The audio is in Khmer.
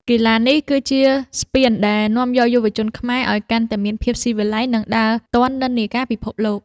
កីឡានេះគឺជាស្ពានដែលនាំយកយុវជនខ្មែរឱ្យកាន់តែមានភាពស៊ីវិល័យ និងដើរទាន់និន្នាការពិភពលោក។